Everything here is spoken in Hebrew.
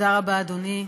תודה רבה, אדוני,